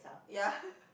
ya